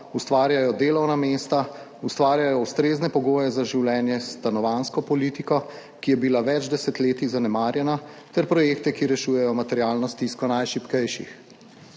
ustvarjajo delovna mesta, ustvarjajo ustrezne pogoje za življenje s stanovanjsko politiko, ki je bila več desetletij zanemarjena, ter projekte, ki rešujejo materialno stisko najšibkejših.